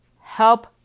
help